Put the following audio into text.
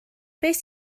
beth